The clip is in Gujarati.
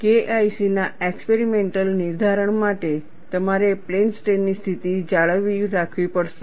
KIC ના એક્સપેરિમેન્ટલ નિર્ધારણ માટે તમારે પ્લેન સ્ટ્રેઈન ની સ્થિતિ જાળવી રાખવી પડશે